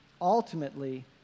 ultimately